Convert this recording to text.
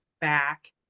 back